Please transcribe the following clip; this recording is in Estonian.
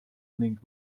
ning